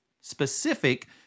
specific